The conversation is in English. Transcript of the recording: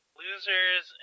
losers